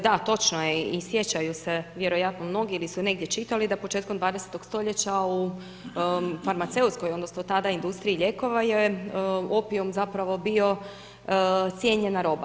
Da, točno je i sjećaju se vjerojatno mnogi ili su negdje čitali da početkom 20.-og stoljeća da u farmaceutskoj, odnosno tada industriji lijekova je opijum zapravo bio cijenjena roba.